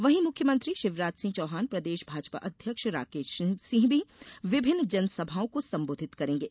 वहीं मुख्यमंत्री शिवराज सिंह चौहान प्रदेश भाजपा अध्यक्ष राकेश सिंह भी विभिन्न जनसभाओं को संबोधित करेंगे